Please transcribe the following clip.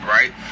Right